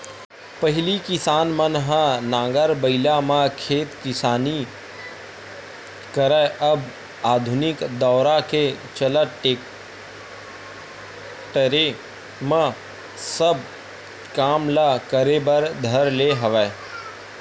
पहिली किसान मन ह नांगर बइला म खेत किसानी करय अब आधुनिक दौरा के चलत टेक्टरे म सब काम ल करे बर धर ले हवय